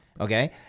okay